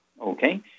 Okay